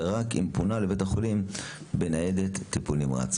ורק אם פונה לבית החולים בניידת טיפול נמרץ.